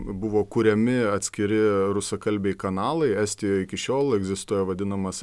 buvo kuriami atskiri rusakalbiai kanalai estijoj iki šiol egzistuoja vadinamas